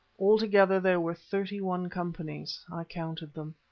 altogether there were thirty-one companies. i counted them.